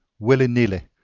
willy-nilly,